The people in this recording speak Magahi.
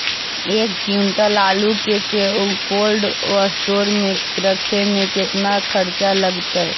एक क्विंटल आलू के कोल्ड अस्टोर मे रखे मे केतना खरचा लगतइ?